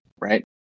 right